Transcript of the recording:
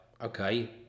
okay